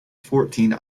fourteen